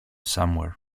somewhere